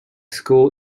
school